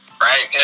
right